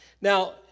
Now